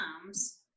comes